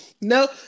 No